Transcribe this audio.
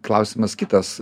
klausimas kitas